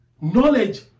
knowledge